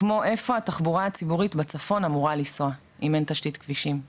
כמו איפה התחבורה הציבורית בצפון אמורה לנסוע אם אין תשתית כבישים?